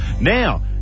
Now